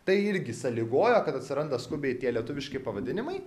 tai irgi sąlygojo kad atsiranda skubiai tie lietuviški pavadinimai